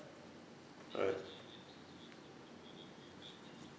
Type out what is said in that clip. alright